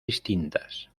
distintas